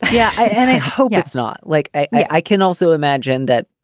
yeah and i hope it's not like i can also imagine that,